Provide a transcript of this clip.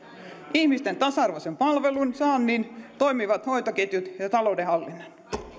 ihmisten tasa arvoisen palvelunsaannin toimivat hoitoketjut ja talouden hallinnan